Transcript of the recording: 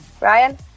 Ryan